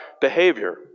behavior